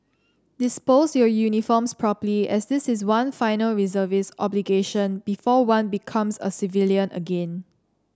dispose your uniforms properly as this is one final reservist obligation before one becomes a civilian again